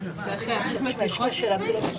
מדובר מתי הגשתם את הבקשה